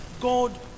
God